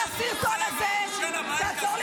הדלפת הסרטון הזה, תעזור לי.